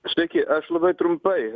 štai ki aš labai trumpai